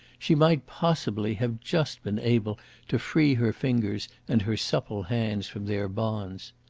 she might possibly have just been able to free her fingers and her supple hands from their bonds.